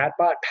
chatbot